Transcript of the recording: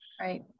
Right